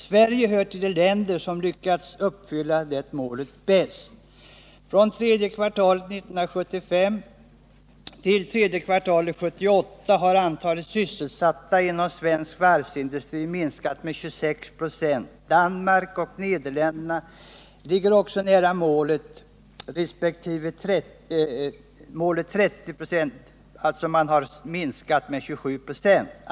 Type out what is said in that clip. Sverige hör till de länder som lyckats uppfylla det målet bäst. Från tredje kvartalet 1975 till tredje kvartalet 1978 har antalet sysselsatta inom svensk varvsindustri minskat med 26 96. Danmark och Nederländerna ligger också nära målet 30 946, eftersom minskningen uppgår till 27 96.